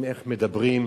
איך הם מדברים: